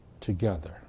together